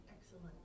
excellent